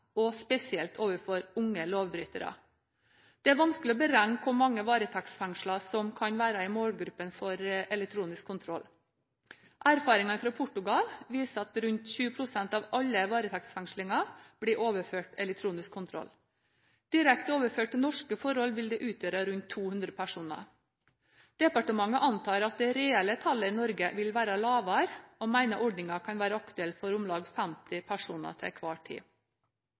og spesielt overfor unge lovbrytere. Det er vanskelig å beregne hvor mange varetektsfengslede som kan være i målgruppen for elektronisk kontroll. Erfaringer fra Portugal viser at rundt 20 pst. av alle varetektsfengslinger blir overført til elektronisk kontroll. Direkte overført til norske forhold vil det utgjøre rundt 200 personer. Departementet antar at det reelle tallet i Norge vil være lavere, og mener ordningen kan være aktuell for om lag 50 personer til enhver tid.